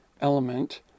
element